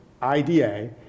IDA